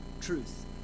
truth